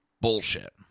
bullshit